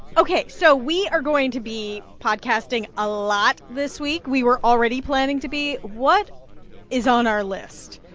ok. so we are going to be podcasting a lot this week. we were already planning to be. what is on our list?